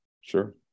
sure